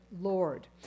Lord